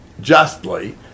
justly